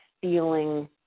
feeling